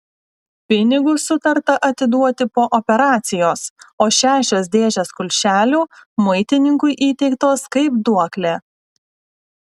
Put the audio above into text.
pinigus sutarta atiduoti po operacijos o šešios dėžės kulšelių muitininkui įteiktos kaip duoklė